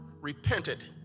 repented